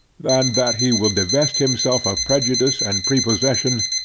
than that he will divest himself of prejudice and prepossession,